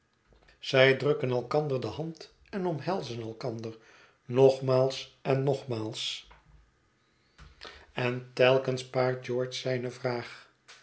zij drukken elkander de hand en omhelzen elkander nogmaals en nogmaals en telkens paart george zijne vraag